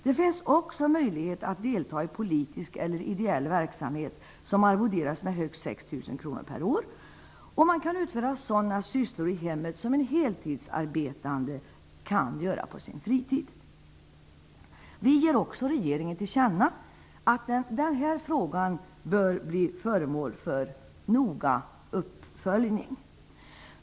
Det finns också möjlighet att delta i politisk eller ideell verksamhet som arvoderas med högst 6 000 kr per år, och man kan utföra sådana sysslor i hemmet som en heltidsarbetande kan göra på sin fritid. Utskottet ger också regeringen till känna att denna fråga bör bli föremål för noggrann uppföljning.